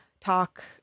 talk